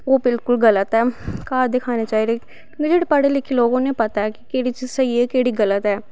ओह् बिल्कुल गल्त ऐ घर दी खानी चाही दी जेह्ड़ी पढ़े लिखे लोग न उने पता ऐ कि केह्ड़ी चीज़ स्होई ऐ केह्ड़ी गल्त ऐ